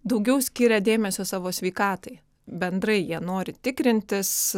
daugiau skiria dėmesio savo sveikatai bendrai jie nori tikrintis